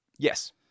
Yes